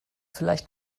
vielleicht